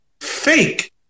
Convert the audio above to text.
fake